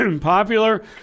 popular